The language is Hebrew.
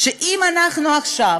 שאם אנחנו עכשיו